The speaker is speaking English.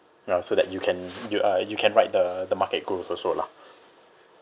ya so that you can you uh you can ride the the market groove also lah